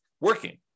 working